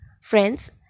Friends